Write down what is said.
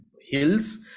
hills